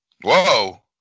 Whoa